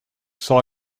zal